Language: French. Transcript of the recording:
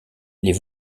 les